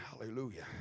Hallelujah